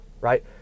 right